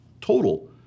total